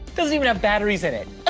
doesn't even have batteries in it.